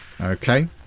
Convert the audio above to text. okay